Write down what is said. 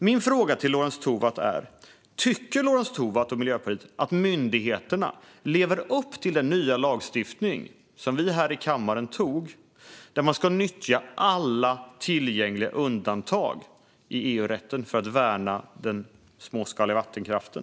Min fråga till Lorentz Tovatt är: Tycker Lorentz Tovatt och Miljöpartiet att myndigheterna lever upp till den nya lagstiftning som vi här i kammaren antog och som innebär att man ska nyttja alla tillgängliga undantag i EU-rätten för att värna den småskaliga vattenkraften?